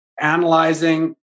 analyzing